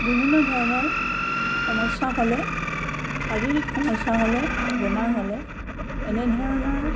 বিভিন্ন ধৰণৰ সমস্যা হ'লে শাৰীৰিক সমস্যা হ'লে বেমাৰ হ'লে এনেধৰণৰ